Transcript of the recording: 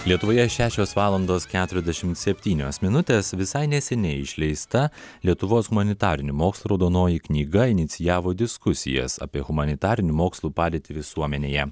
lietuvoje šešios valandos keturiasdešimt septynios minutės visai neseniai išleista lietuvos humanitarinių mokslų raudonoji knyga inicijavo diskusijas apie humanitarinių mokslų padėtį visuomenėje